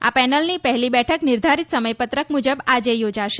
આ પેનલની પહેલી બેઠક નિર્ધારીત સમય પત્રક મુજબ આજે યોજાશે